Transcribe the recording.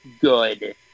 good